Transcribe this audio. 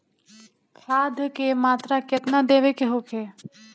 खाध के मात्रा केतना देवे के होखे?